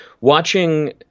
watching